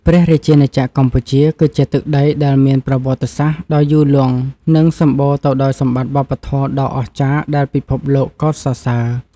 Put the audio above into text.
ព្រះរាជាណាចក្រកម្ពុជាគឺជាទឹកដីដែលមានប្រវត្តិសាស្ត្រដ៏យូរលង់ និងសម្បូរទៅដោយសម្បត្តិវប្បធម៌ដ៏អស្ចារ្យដែលពិភពលោកកោតសរសើរ។